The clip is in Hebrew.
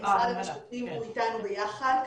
משרד המשפטים הוא איתנו ביחד,